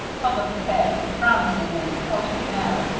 held up his head, and, frowning in an important manner,